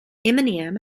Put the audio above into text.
eminem